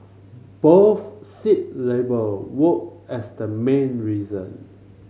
both cited labour woe as the main reason